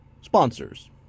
sponsors